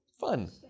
Fun